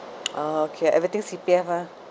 oh okay everything C_P_F ah